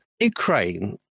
ukraine